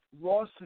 Ross